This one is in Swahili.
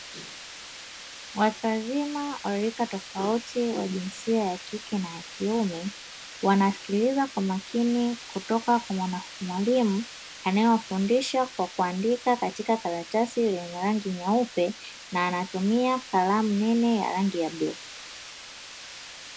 Watu wzima wa rika tofauti wa jinsia ya kike na ya kiume wanasikiliza kwa makini kutoka kwa mwalimu anayewafundisha kwa kuandika katika karatasi lenye rangi nyeupe na anatumia kalamu nene ya rangi ya bluu.